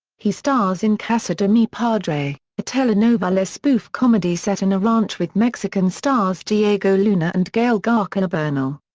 he stars in casa de mi padre, a telenovela spoof comedy set in a ranch with mexican stars diego luna and gael garcia kind of bernal.